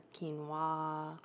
quinoa